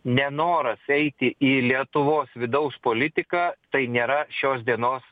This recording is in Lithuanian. nenoras eiti į lietuvos vidaus politiką tai nėra šios dienos